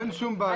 אין שום בעיה.